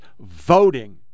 voting